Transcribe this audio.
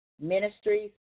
Ministries